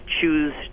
choose